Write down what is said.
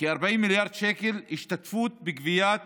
כ-40 מיליארד שקל, השתתפות בגביית